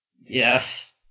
Yes